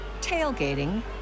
tailgating